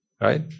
right